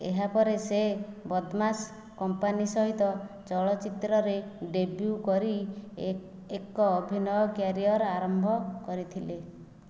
ଏହାପରେ ସେ ବଦମାଶ କମ୍ପାନୀ ସହିତ ଚଳଚ୍ଚିତ୍ରରେ ଡେବ୍ୟୁ କରି ଏକ ଅଭିନୟ କ୍ୟାରିୟର୍ ଆରମ୍ଭ କରିଥିଲେ